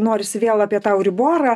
norisi vėl apie tą euriborą